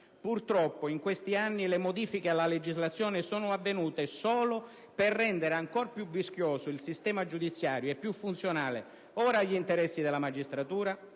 Purtroppo, in questi anni, le modifiche alla legislazione sono avvenute solo per rendere ancor più vischioso il sistema giudiziario e più funzionale ora agli interessi della magistratura